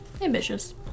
Ambitious